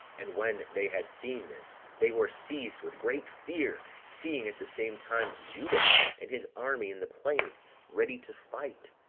and when they had seen this, they were seized with great fear, seeing at the same time judas and his army in the plain ready to fight.